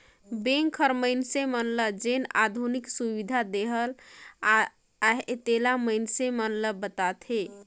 bank हर मइनसे मन ल जेन आधुनिक सुबिधा देहत अहे तेला मइनसे मन ल बताथे